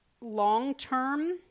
long-term